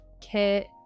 kit